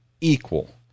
equal